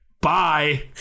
bye